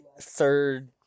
third